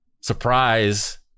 Surprise